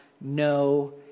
no